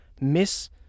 Miss